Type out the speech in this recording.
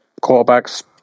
quarterback's